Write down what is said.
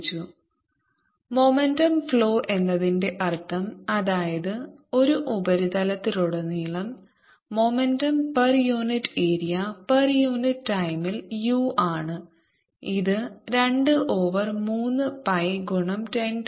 Areaπr210 6π m2Power20 mW2×10 2 W S2×10 210 62×104Js m2 uSc2×104π×3×10823π10 6Jm2 momentum flow എന്നതിന്റെ അർത്ഥം അതായതു ഒരു ഉപരിതലത്തിലുടനീളം momentum per unit area per unit ടൈമിൽ u ആണ് ഇത് 2 ഓവർ 3 pi ഗുണം 10 6